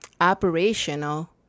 operational